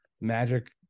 Magic